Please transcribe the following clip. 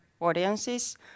audiences